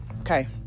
Okay